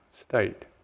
state